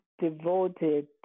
devoted